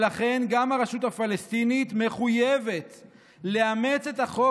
ולכן גם הרשות הפלסטינית מחויבת לאמץ את החוק